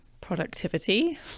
productivity